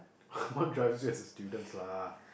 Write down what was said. what drive you as a students lah